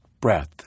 breath